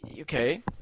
Okay